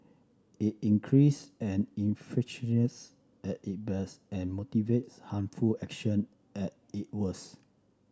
it increase and infuriates at it best and motivates harmful action at it worst